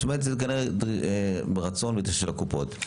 זאת אומרת, זה כנראה רצון של הקופות.